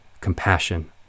compassion